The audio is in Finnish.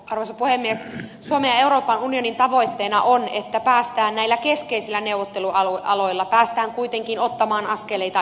suomen ja euroopan unionin tavoitteena on että päästään näillä keskeisillä neuvottelualoilla kuitenkin ottamaan askeleita eteenpäin